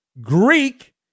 Greek